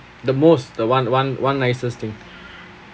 the most the one one one nicest thing